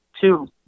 two